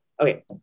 okay